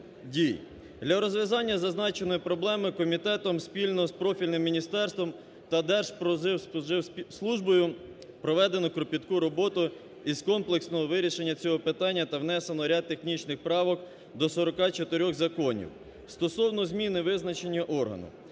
Для розв'язання зазначеної проблеми комітетом, спільно з профільним міністерством та Держспоживслужбою, проведено кропітку роботу із комплексного вирішення цього питання та внесено ряд технічних правок до 44 законів. Стосовно зміни визначення органу,